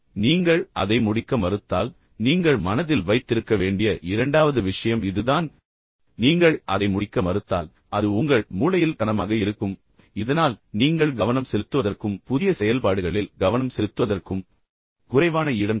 நீங்கள் அதை முடிக்க மறுத்தால் நீங்கள் மனதில் வைத்திருக்க வேண்டிய இரண்டாவது விஷயம் இதுதான் நீங்கள் அதை முடிக்க மறுத்தால் அது உங்கள் மூளையில் கனமாக இருக்கும் இதனால் நீங்கள் கவனம் செலுத்துவதற்கும் புதிய செயல்பாடுகளில் கவனம் செலுத்துவதற்கும் குறைவான இடம் கிடைக்கும்